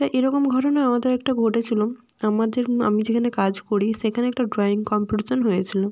তা এরকম ঘটনা আমাদের একটা ঘটেছিল আমাদের আমি যেখানে কাজ করি সেখানে একটা ড্রয়িং কম্পিটিশান হয়েছিলো